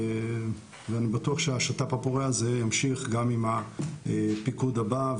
ואני בטוח שהשת"פ הפורה הזה ימשיך גם עם הפיקוד הבא,